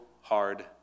hard